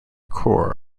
core